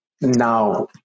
Now